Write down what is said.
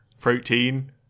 protein